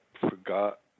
forgot